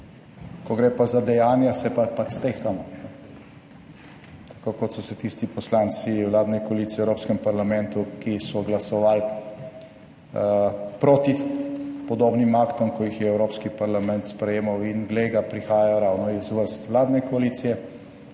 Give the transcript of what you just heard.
ko gre pa za dejanja, se pa pač stehtamo, tako kot so se tisti poslanci vladne koalicije v Evropskem parlamentu, ki so glasovali proti podobnim aktom, ko jih je Evropski parlament sprejemal - in glej ga, prihajajo ravno iz vrst vladne koalicije